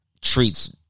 treats